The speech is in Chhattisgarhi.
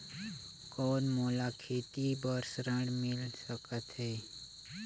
कौन मोला खेती बर ऋण मिल सकत है?